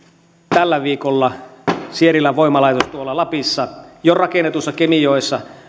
tällä viikolla sierilän voimalaitos tuolla lapissa jo rakennetussa kemijoessa